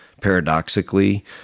paradoxically